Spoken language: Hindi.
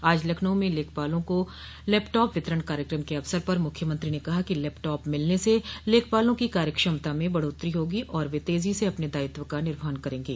आज लखनऊ में लेखपालों को लैपटाप वितरण कार्यक्रम के अवसर पर मुख्यमंत्री ने कहा कि लैपटॉप मिलने से लेखपालों की कार्यक्षमता में बढ़ोत्तरी होगी और वे तेज़ी से अपने दायित्व का निर्वहन करेंगे